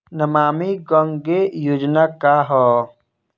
नमामि गंगा योजना का ह?